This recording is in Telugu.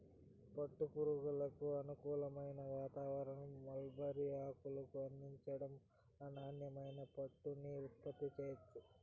పట్టు పురుగులకు అనుకూలమైన వాతావారణం, మల్బరీ ఆకును అందించటం వల్ల నాణ్యమైన పట్టుని ఉత్పత్తి చెయ్యొచ్చు